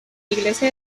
iglesia